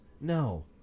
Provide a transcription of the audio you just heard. No